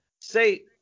say